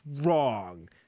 wrong